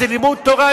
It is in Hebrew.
איזה לימוד תורה,